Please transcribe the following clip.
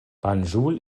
banjul